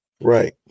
right